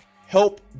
help